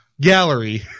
Gallery